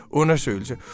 undersøgelse